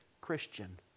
Christian